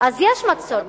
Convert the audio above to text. אז יש מצור פוליטי,